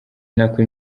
nako